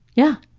yeah.